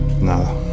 Nada